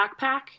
backpack